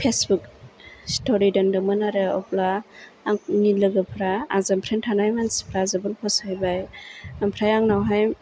Facebook story दोन्दोंमोन आरो अब्ला आंनि लोगोफ्रा आंजों फ्रेन्ड थानाय मानसिफ्रा जोबोद फसायबाय ओमफ्राय आंनावहाय